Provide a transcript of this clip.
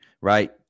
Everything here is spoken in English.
right